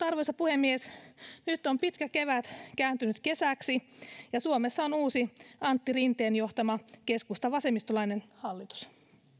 arvoisa puhemies nyt on pitkä kevät kääntynyt kesäksi ja suomessa on uusi antti rinteen johtama keskusta vasemmistolainen hallitus